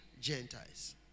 Gentiles